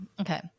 okay